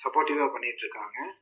சப்போர்ட்டிவாக பண்ணிகிட்ருக்காங்க